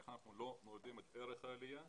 איך אנחנו לא מורידים את ערך העלייה,